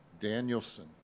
Danielson